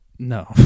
No